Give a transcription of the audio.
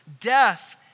death